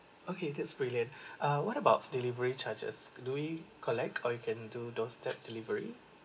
okay that's brilliant err what about delivery charges do we collect or you can do doorstep delivery